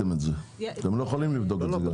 אתם לא יכולים לבדוק את זה.